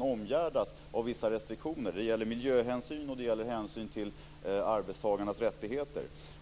omgärdas med vissa restriktioner. Det gäller i fråga om miljöhänsyn och i fråga om arbetstagarnas rättigheter.